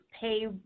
pay